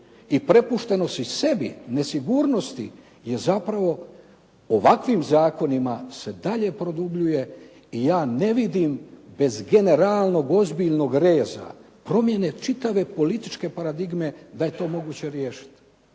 i prepuštenosti sebi, nesigurnosti je zapravo ovakvim zakonima se dalje produbljuje i ja ne vidim bez generalnog ozbiljnog reza promjene čitave političke paradigme da je to moguće riješiti.